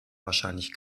wahrscheinlich